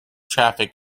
traffic